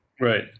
Right